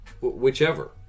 whichever